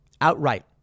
outright